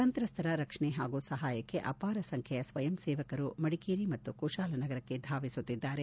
ಸಂತ್ರಸ್ತರ ರಕ್ಷಣೆ ಹಾಗೂ ಸಹಾಯಕ್ಕೆ ಅಪಾರ ಸಂಖ್ದೆಯ ಸ್ವಯಂಸೇವಕರು ಮಡಿಕೇರಿ ಮತ್ತು ಕುಶಾಲನಗರಕ್ಕೆ ಧಾವಿಸುತ್ತಿದ್ದಾರೆ